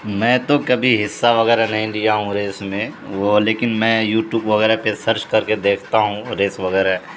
میں تو کبھی حصہ وغیرہ نہیں لیا ہوں ریس میں وہ لیکن میں یوٹیوب وغیرہ پہ سرچ کر کے دیکھتا ہوں ریس وغیرہ